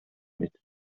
бит